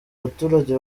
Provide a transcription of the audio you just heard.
baturage